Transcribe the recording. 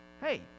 Hey